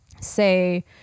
say